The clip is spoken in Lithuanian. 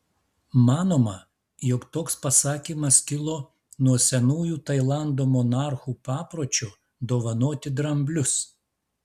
manoma jog toks pasakymas kilo nuo senųjų tailando monarchų papročio dovanoti dramblius